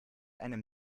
einem